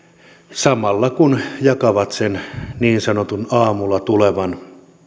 samalla kun jakavat sen niin sanotun aamulla tulevan